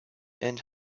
and